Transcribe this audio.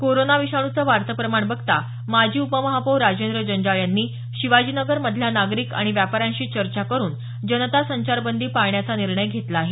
corona विषाणूचं वाढतं प्रमाण बघता माजी उपमहापौर राजेंद्र जंजाळ यांनी शिवाजीनगर मधल्या नागरिक आणि व्यापाऱ्यांशी चर्चा करुन जनता संचारबंदी पाळण्याचा निर्णय घेतला आहे